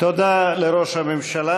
תודה לראש הממשלה.